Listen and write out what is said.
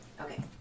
Okay